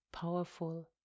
powerful